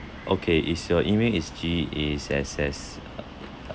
okay is your email is G E S S